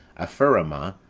apherema,